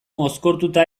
mozkortuta